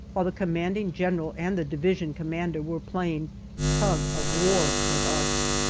while the commanding general and the division commander were playing tug of war with us.